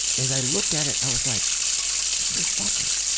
as i looked at it i was like motherfucker,